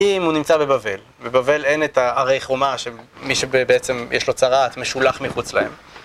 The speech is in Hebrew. אם הוא נמצא בבבל, בבבל אין את הערי חומה שמי שבעצם יש לו צרעת משולח מחוץ להם.